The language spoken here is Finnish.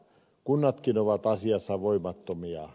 kunnatkin olivat asiassa voimattomia